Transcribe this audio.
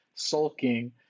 sulking